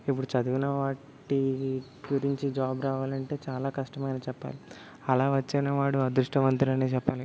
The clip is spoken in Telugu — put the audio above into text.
ఇప్పుడు చదివిన వాటి గురించి జాబ్ రావాలంటే చాలా కష్టమనే చెప్పాలి అలా వచ్చిన వాడు అదృష్టవంతుడనే చెప్పాలి